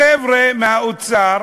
החברה מהאוצר